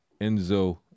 Enzo